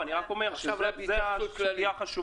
עכשיו רק התייחסות כללית.